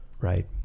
right